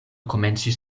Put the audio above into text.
komencis